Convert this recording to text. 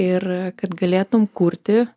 ir kad galėtum kurti